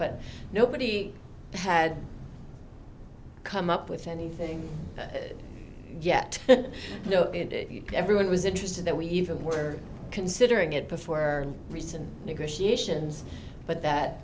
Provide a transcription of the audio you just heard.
but nobody had come up with anything yet you know everyone was interested that we even were considering it before our recent negotiations but that